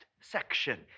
section